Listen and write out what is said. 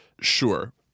sure